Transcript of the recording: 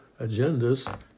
agendas